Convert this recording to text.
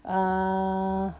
uh